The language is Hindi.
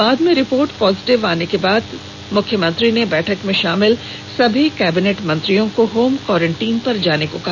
बाद में रिपोर्ट पॉजिटिव आने के बाद सीएम ने बैठक में शामिल सभी कैबिनेट मंत्रियों को होम कोरेंटाइन में जाने को कहा